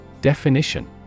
Definition